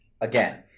Again